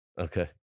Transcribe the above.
Okay